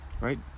Right